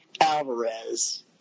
Alvarez